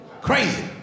Crazy